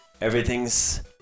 Everything's